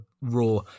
raw